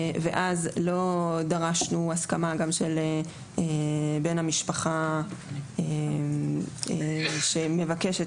ואז לא דרשנו הסכמה של בן המשפחה שמבקש את